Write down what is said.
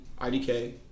IDK